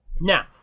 Now